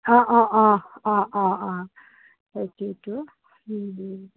অঁ অঁ অঁ অঁ অঁ অঁ বাকী এতিয়া এইটো